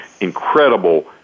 incredible